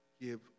give